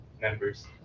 members